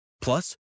Plus